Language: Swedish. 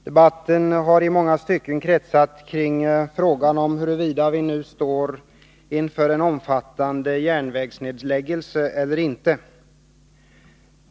Herr talman! Debatten har i många stycken kretsat kring frågan om huruvida vi nu står inför en omfattande järnvägsnedläggelse eller inte.